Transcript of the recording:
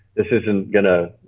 this isn't gonna.